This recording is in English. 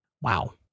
Wow